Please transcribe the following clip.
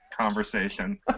conversation